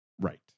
Right